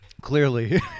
Clearly